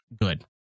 good